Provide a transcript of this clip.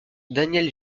daniel